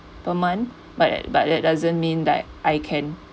per month but that but that doesn't mean that I can